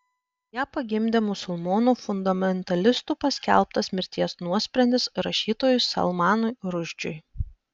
ją pagimdė musulmonų fundamentalistų paskelbtas mirties nuosprendis rašytojui salmanui rušdžiui